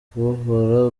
kubohora